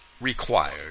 required